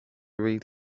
read